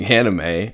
Anime